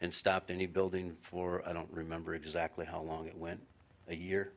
and stopped any building for i don't remember exactly how long it went a